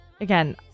again